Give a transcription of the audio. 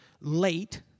late